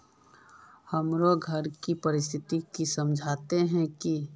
हमर घर के परिस्थिति के समझता है की?